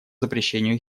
запрещению